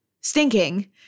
stinking